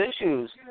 issues